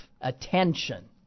attention